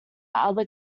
other